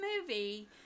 movie